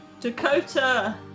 Dakota